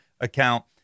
account